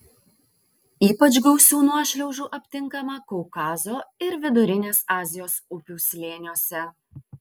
ypač gausių nuošliaužų aptinkama kaukazo ir vidurinės azijos upių slėniuose